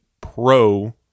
pro